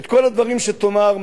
את כל הדברים שתאמר,